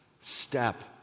step